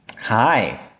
Hi